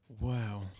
Wow